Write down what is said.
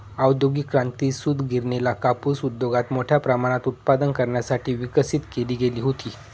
औद्योगिक क्रांती, सूतगिरणीला कापूस उद्योगात मोठ्या प्रमाणात उत्पादन करण्यासाठी विकसित केली गेली होती